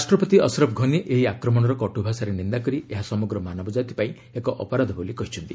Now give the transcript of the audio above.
ରାଷ୍ଟ୍ରପି ଅସରଫ ଘନି ଏହି ଆକ୍ରମଣର କଟ୍ରଭାଷାରେ ନିନ୍ଦା କରି ଏହା ସମଗ୍ର ମାନବଜାତି ପାଇଁ ଏକ ଅପରାଧ ବୋଲି କହିଛନ୍ତି